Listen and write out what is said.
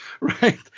right